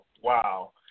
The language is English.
Wow